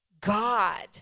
God